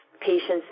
patients